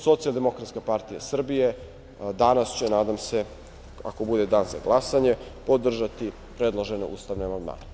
Socijaldemokratska partija Srbije danas će, nadam se, ako bude dan za glasanje, podržati predložene ustavne amandmane.